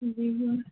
जी जी